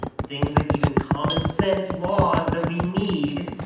things that even common sense laws that we need,